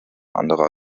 anderer